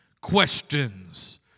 Questions